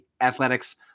Athletics